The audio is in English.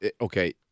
okay